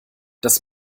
das